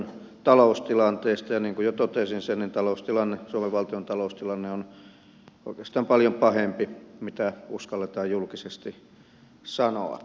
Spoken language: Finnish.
ja niin kuin jo totesin sen suomen valtion taloustilanne on oikeastaan paljon pahempi kuin mitä uskalletaan julkisesti sanoa